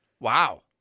Wow